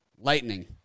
Lightning